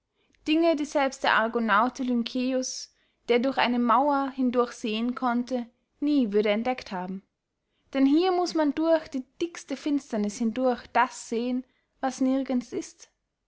dingen die selbst der argonaute lynceus der durch eine mauer hindurch sehen konnte nie würde entdeckt haben denn hier muß man durch die dickste finsterniß hindurch das sehen was nirgends ist